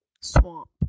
swamp